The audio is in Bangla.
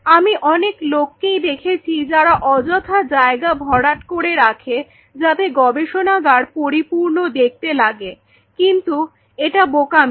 আমি অনেক লোককেই দেখেছি যারা অযথা জায়গা ভরাট করে রাখে যাতে গবেষণাগার পরিপূর্ণ দেখতে লাগে কিন্তু এটা বোকামি